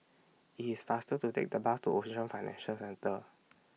IT IS faster to Take The Bus to Ocean Financial Centre